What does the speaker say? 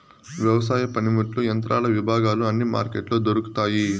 వ్యవసాయ పనిముట్లు యంత్రాల విభాగాలు అన్ని మార్కెట్లో దొరుకుతాయి